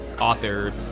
author